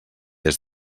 des